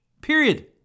Period